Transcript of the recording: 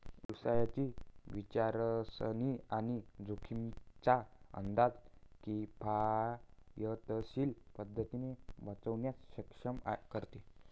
व्यवसायाची विचारसरणी आणि जोखमींचा अंदाज किफायतशीर पद्धतीने लावण्यास सक्षम करते